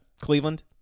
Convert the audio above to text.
Cleveland